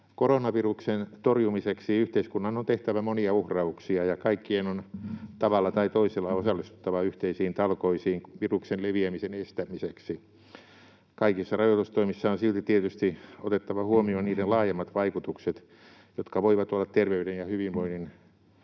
Koronaviruksen torjumiseksi yhteiskunnan on tehtävä monia uhrauksia, ja kaikkien on tavalla tai toisella osallistuttava yhteisiin talkoisiin viruksen leviämisen estämiseksi. Kaikissa rajoitustoimissa on silti tietysti otettava huomioon niiden laajemmat vaikutukset, jotka voivat olla terveyden ja hyvinvoinnin